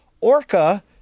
Orca